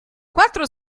quattro